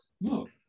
look